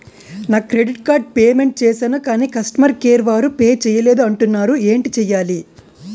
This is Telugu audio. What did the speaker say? నా క్రెడిట్ కార్డ్ పే మెంట్ చేసాను కాని కస్టమర్ కేర్ వారు పే చేయలేదు అంటున్నారు ఏంటి చేయాలి?